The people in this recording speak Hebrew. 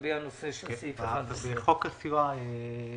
לגבי הנושא של סעיף 11. חוק הסיוע הכלכלי